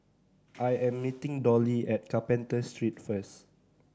I am meeting Dolly at Carpenter Street first